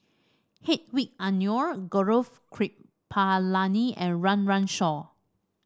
Hedwig Anuar Gaurav Kripalani and Run Run Shaw